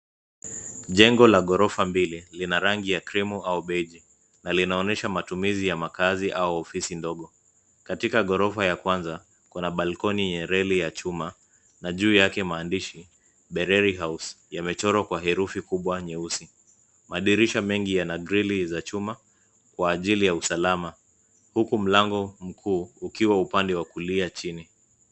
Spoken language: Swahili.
Jengo la ghorofa mbili, lina rangi ya cream au beige na linaonyesha matumizi ya makazi au ofisi ndogo. Katika ghorofa ya kwanza, kuna balcony ya reli ya chuma na juu yake maandishi, bereri house, yamechorwa kwa herufi kubwa nyeusi. Madirisha mengi yana grili za chuma kwa ajili ya usalama huku mlango mkuu ukiwa upande wa kulia chini.